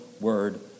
Word